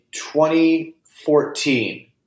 2014